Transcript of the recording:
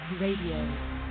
Radio